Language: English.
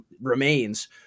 remains